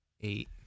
eight